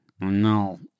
No